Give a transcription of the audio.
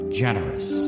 generous